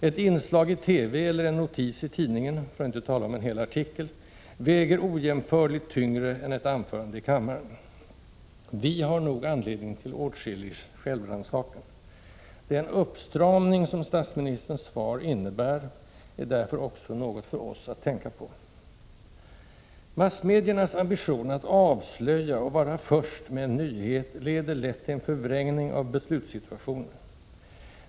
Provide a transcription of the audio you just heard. Ett inslag i TV eller en notis i tidningen — för att inte tala om en hel artikel — väger ojämförligt tyngre än ett anförande i kammaren. Vi har nog anledning till åtskillig självrannsakan. Den uppstramning som statsministerns svar innebär är därför också något för oss att tänka på. Massmediernas ambition att ”avslöja” och att ”vara först” med en ”nyhet” leder lätt till en förvrängning av beslutssituationen.